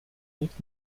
nikt